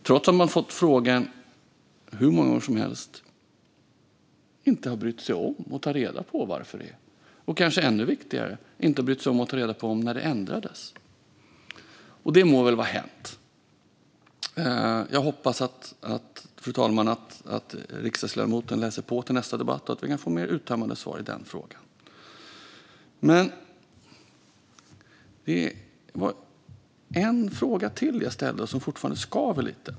Trots att man har fått frågan hur många gånger som helst har man inte brytt sig om att ta reda på vad som stått och kanske ännu viktigare inte tagit reda på när det ändrades. Men det må väl vara hänt, fru talman. Jag hoppas att riksdagsledamoten läser på till nästa debatt och jag får mer uttömmande svar i den frågan. Det var en fråga till jag ställde som fortfarande skaver lite.